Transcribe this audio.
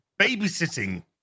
babysitting